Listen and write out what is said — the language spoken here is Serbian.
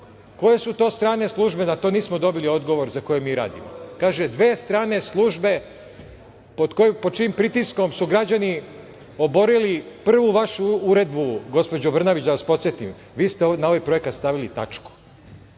Koje su to strane službe, na to nismo dobili odgovor za koje mi radimo. Kaže dve strane službe pod čijim pritiskom su građani oborili pravu vašu Uredbu, gospođo Brnabić, da vas podsetim, jer vi ste na ovaj projekat stavili tačku.